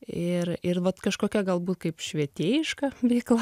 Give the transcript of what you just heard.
ir ir vat kažkokia galbūt kaip švietėjiška veikla